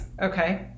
Okay